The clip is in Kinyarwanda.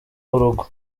w’urugo